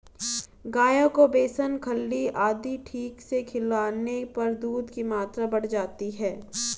गायों को बेसन खल्ली आदि ठीक से खिलाने पर दूध की मात्रा बढ़ जाती है